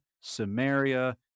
Samaria